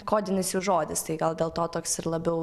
kodinis jų žodis tai gal dėl to toks ir labiau